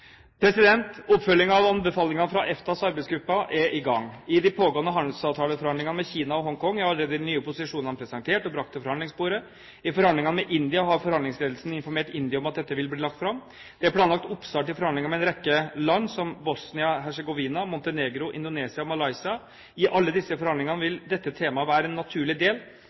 Oppfølging av anbefalingen fra EFTAs arbeidsgruppe er i gang. I de pågående handelsavtaleforhandlingene med Kina og Hongkong er allerede de nye posisjonene presentert og brakt til forhandlingsbordet. I forhandlingene med India har forhandlingsledelsen informert India om at dette vil bli lagt fram. Det er planlagt oppstart i forhandlinger med en rekke land som Bosnia-Hercegovina, Montenegro, Indonesia og Malaysia. I alle disse forhandlingene vil dette temaet være en naturlig del